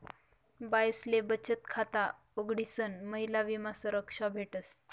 बाईसले बचत खाता उघडीसन महिला विमा संरक्षा भेटस